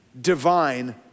divine